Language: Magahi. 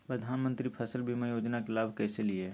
प्रधानमंत्री फसल बीमा योजना के लाभ कैसे लिये?